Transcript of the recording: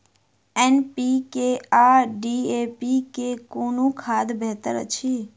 NPK आ DAP मे कुन खाद बेहतर अछि?